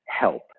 help